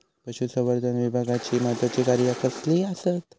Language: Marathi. पशुसंवर्धन विभागाची महत्त्वाची कार्या कसली आसत?